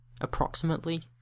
approximately